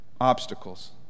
obstacles